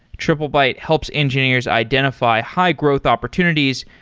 triplebyte helps engineers identify high-growth opportunities,